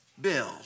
bill